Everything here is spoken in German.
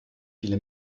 viele